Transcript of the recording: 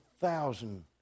thousand